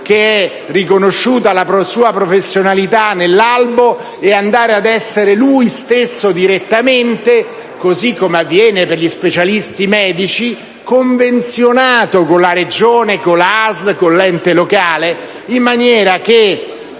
che è riconosciuta la sua professionalità nell'albo, e andare ad essere lui stesso direttamente, così come avviene per gli specialisti medici, convenzionato con la Regione, con la ASL, con l'ente locale, in maniera che